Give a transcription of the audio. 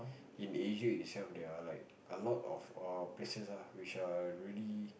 in Asia itself there are like a lot of all places ah which are really